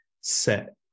set